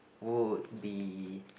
would be